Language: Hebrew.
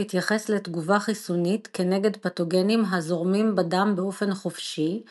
מתייחס לתגובה החיסונית נגד פתוגנים הזורמים בדם באופן חופשי;